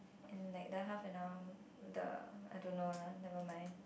like the half an hour the I don't know lah never mind